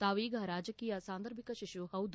ತಾವೀಗ ರಾಜಕೀಯ ಸಾಂದರ್ಭಿಕ ಶಿಶು ಹೌದು